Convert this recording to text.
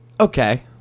Okay